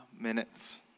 minutes